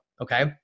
okay